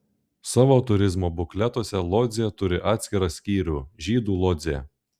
savo turizmo bukletuose lodzė turi atskirą skyrių žydų lodzė